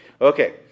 Okay